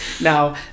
Now